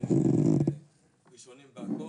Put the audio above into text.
ראשונים בכול,